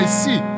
see